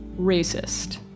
racist